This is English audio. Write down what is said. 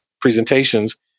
presentations